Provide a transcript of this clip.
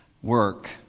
Work